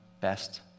best